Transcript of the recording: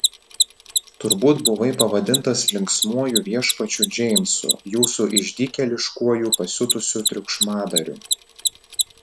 turbūt buvai pavadintas linksmuoju viešpačiu džeimsu jūsų išdykėliškuoju pasiutusiu triukšmadariu